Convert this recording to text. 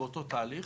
באותו תהליך.